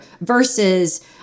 versus